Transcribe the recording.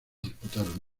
disputaron